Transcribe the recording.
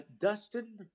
Dustin